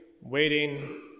waiting